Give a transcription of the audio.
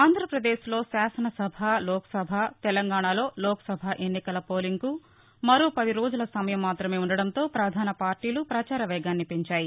ఆంధ్రాపదేశ్లో శాసనసభ లోక్సభ తెలంగాణలో లోక్సభ ఎన్నికల పోలింగ్కు మరో పది రోజుల సమయం మాత్రమే ఉండటంతో ప్రధాన పార్టీలు పచార వేగాన్ని పెంచాయి